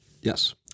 Yes